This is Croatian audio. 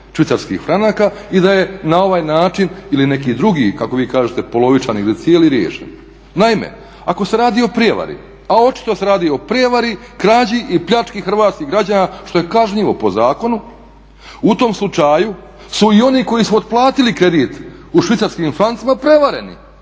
švicarskih franaka i da je na ovaj način ili neki drugi, kako vi kažete polovičan ili cijeli riješen. Naime, ako se radi o prijevari a očito se radi o prijevari, krađi i pljački hrvatskih građana što je kažnjivo po zakonu. U tom slučaju su i oni koji su otplatili kredit u švicarskim francima prevareni